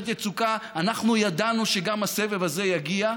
יצוקה אנחנו ידענו שגם הסבב הזה יגיע,